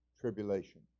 tribulation